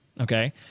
Okay